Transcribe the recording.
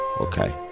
Okay